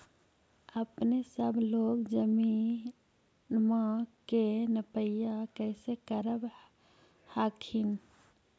अपने सब लोग जमीनमा के नपीया कैसे करब हखिन?